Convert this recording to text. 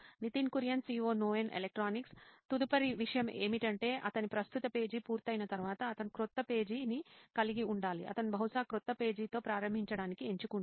Nitin Kurian COO నోయిన్ electronics తదుపరి విషయం ఏమిటంటే అతని ప్రస్తుత పేజీ పూర్తయిన తర్వాత అతను క్రొత్త పేజీని కలిగి ఉండాలి అతను బహుశా క్రొత్త పేజీతో ప్రారంభించడానికి ఎంచుకుంటాడు